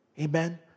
Amen